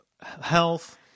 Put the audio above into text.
health